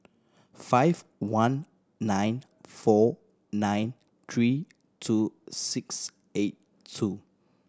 five one nine four nine three two six eight two